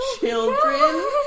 children